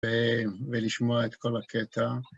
ולשמוע את כל הקטע.